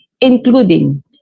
including